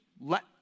let